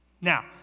Now